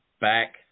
back